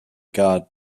god